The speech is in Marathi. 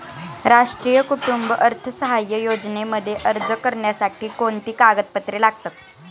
राष्ट्रीय कुटुंब अर्थसहाय्य योजनेमध्ये अर्ज करण्यासाठी कोणती कागदपत्रे लागतात?